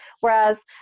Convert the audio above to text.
Whereas